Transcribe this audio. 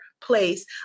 place